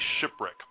Shipwreck